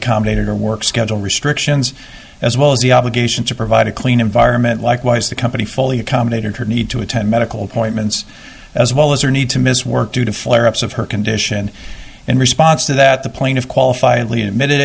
accommodated her work schedule restrictions as well as the obligation to provide a clean environment likewise the company fully accommodated her need to attend medical appointments as well as her need to miss work due to flare ups of her condition in response to that the plaintiff qualified lead admitted